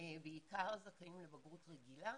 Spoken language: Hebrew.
בעיקר זכאים לבגרות רגילה,